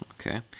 Okay